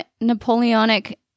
Napoleonic